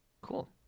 Cool